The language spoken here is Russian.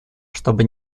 чтобы